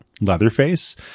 Leatherface